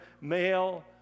male